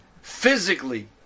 physically